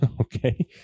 Okay